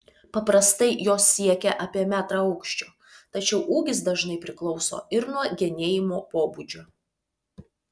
paprastai jos siekia apie metrą aukščio tačiau ūgis dažnai priklauso ir nuo genėjimo pobūdžio